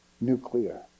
nuclear